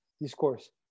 discourse